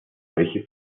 welche